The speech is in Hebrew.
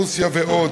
רוסיה ועוד.